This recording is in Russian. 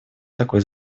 такой